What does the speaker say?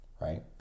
right